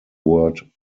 word